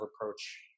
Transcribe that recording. approach